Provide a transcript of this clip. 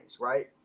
right